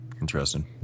Interesting